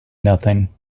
nothing